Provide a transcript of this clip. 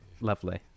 lovely